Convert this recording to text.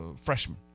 freshman